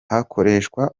hakoreshwa